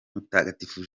mutagatifu